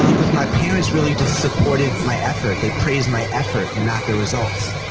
um cause my parents really just supported my effort, they praised my effort and not the results.